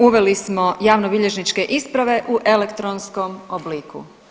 Uveli smo javnobilježničke isprave u elektronskom obliku.